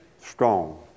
strong